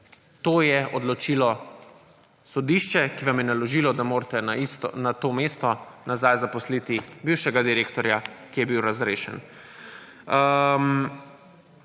To je odločilo sodišče, ki vam je naložilo, da morate na to mesto nazaj zaposliti bivšega direktorja, ki je bil razrešen.